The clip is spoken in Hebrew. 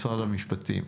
משרד המשפטים,